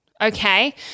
okay